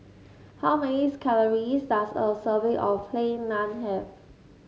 how many calories does a serving of Plain Naan have